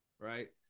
Right